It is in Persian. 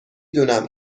دونم